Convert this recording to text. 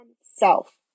self